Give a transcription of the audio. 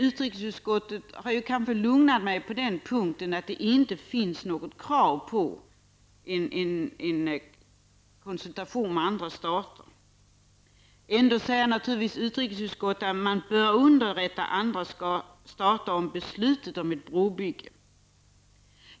Utrikesutskottet har lugnat mig på den punkten. Det finns inga krav på en konsultation med andra stater. Ändå säger utrikesutskottet att man bör underrätta andra stater om beslutet om ett brobygge.